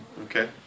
Okay